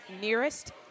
Nearest